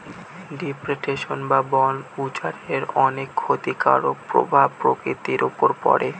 deforestation বা বন উজাড়ের অনেক ক্ষতিকারক প্রভাব প্রকৃতির উপর পড়ে